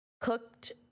cooked